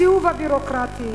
הסיאוב הביורוקרטי,